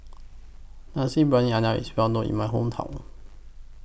Nasi Briyani IS Well known in My Hometown